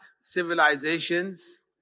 civilizations